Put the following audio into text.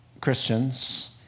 Christians